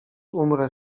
umrę